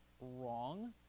wrong